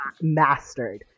mastered